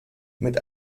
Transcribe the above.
mit